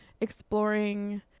exploring